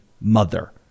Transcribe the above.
mother